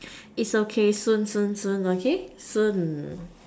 is okay soon soon soon okay soon